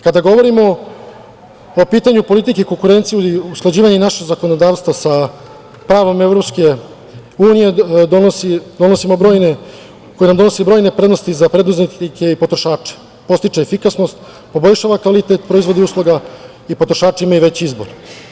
Kada govorimo o pitanju politike konkurencije, usklađivanje našeg zakonodavstva sa pravom EU, koji nam donosi brojne prednosti za preduzetnike i potrošače, podstiče efikasnost, poboljšava kvalitet proizvoda i usluga i potrošači imaju veći izbor.